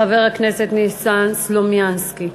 חבר הכנסת ניסן סלומינסקי.